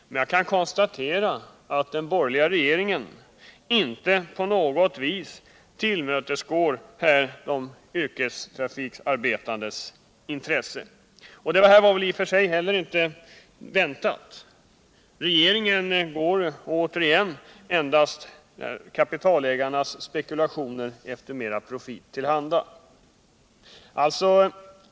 Men jag kan konstatera att den borgerliga regeringen inte på något vis tillmötesgår de yrkesarbetandes intressen. Detta var i och för sig inte heller väntat. Regeringen tar återigen endast hänsyn till kapitalägarnas spekulationer efter mera profit.